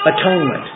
atonement